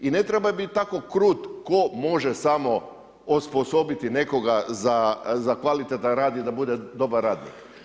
I ne treba biti tako krut tko može samo osposobiti nekoga za kvalitetan rad i da bude dobar radnik.